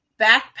backpack